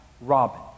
Robin